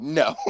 no